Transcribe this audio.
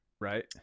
Right